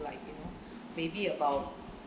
like you know maybe about